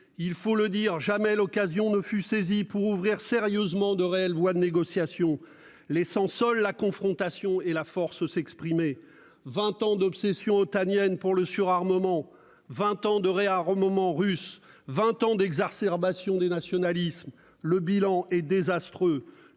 il faut le dire, jamais l'occasion ne fut saisie pour ouvrir sérieusement de réelles voies de négociations, laissant la confrontation et la force seules s'exprimer. Vingt ans d'obsession otanienne pour le surarmement, vingt ans de réarmement russe, vingt ans d'exacerbation des nationalismes : le bilan est désastreux.